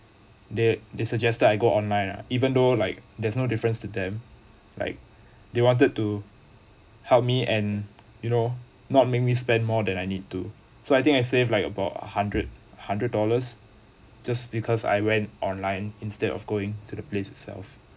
they they suggested I go online lah even though like there is no difference to them like they wanted to help me and you know not make me spend more than I need to so I think I saved like about a hundred hundred dollars just because I went online instead of going to the place itself